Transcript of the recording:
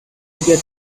you